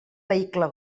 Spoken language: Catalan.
vehicle